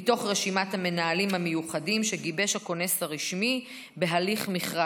מתוך רשימת המנהלים המיוחדים שגיבש הכונס הרשמי בהליך מכרז.